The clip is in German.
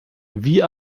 wie